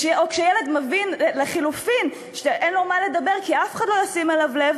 וכשילד מבין שאין לו מה לדבר כי אף אחד לא ישים אליו לב,